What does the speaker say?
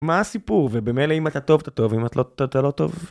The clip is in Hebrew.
מה הסיפור? ובמילא אם אתה טוב, אתה טוב, ואם אתה לא, אתה לא טוב?